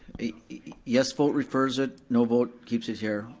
a yes vote refers it, no vote keeps it here.